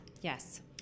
yes